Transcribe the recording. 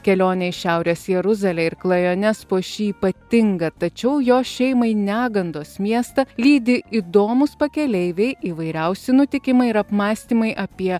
kelionė į šiaurės jeruzalę ir klajones po šį ypatingą tačiau jo šeimai negandos miestą lydi įdomūs pakeleiviai įvairiausi nutikimai ir apmąstymai apie